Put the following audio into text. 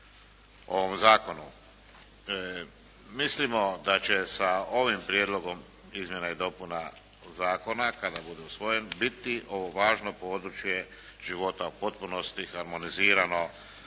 ovom zakonu. Mislimo da će sa ovim prijedlogom izmjena i dopuna zakona kada bude usvojen biti ovo važno područje života u potpunosti harmonizirano